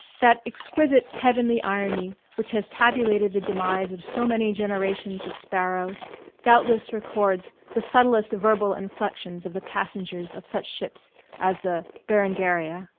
that exquisite heavenly irony which has tabulated the demise of so many generations of sparrows doubtless records the subtlest verbal inflections of the passengers of such ships as the berengaria.